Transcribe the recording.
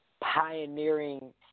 pioneering